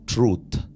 Truth